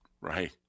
Right